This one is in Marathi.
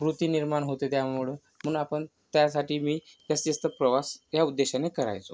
कृती निर्माण होते त्यामुळे म्हणून आपण त्यासाठीबी जास्तीत जास्त प्रवास या उद्देशाने करायचो